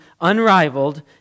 unrivaled